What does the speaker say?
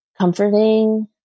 comforting